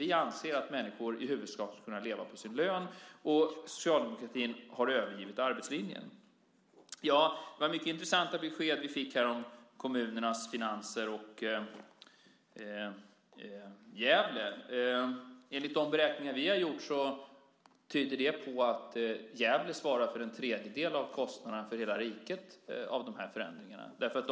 Vi anser att människor i huvudsak ska kunna leva på sin lön medan socialdemokratin övergivit arbetslinjen. Det var mycket intressanta besked vi fick om kommunernas finanser och om Gävle. Det skulle innebära att Gävle svarar för en tredjedel av kostnaderna av förändringarna för hela riket.